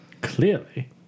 Clearly